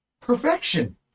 perfection